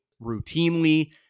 routinely